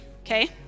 okay